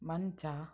ಮಂಚ